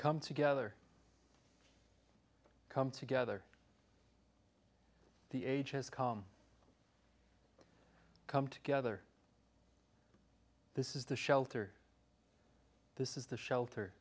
come together come together the ages calm come together this is the shelter this is the shelter